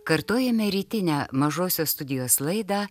kartojame rytinę mažosios studijos laidą